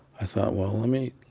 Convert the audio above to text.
i thought, well let me